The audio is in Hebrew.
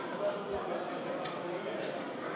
שתי הצעות החוק הנפרדות עכשיו חוזרות לדיון בוועדת הכלכלה של הכנסת.